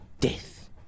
Death